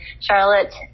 Charlotte